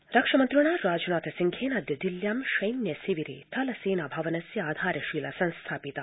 राजनाथ रक्षामन्त्रिणा राजनाथ सिंहेनाद्य दिल्ल्यां सद्धि शिविरे थलसेना भवनस्य आधारशिला संस्थापिता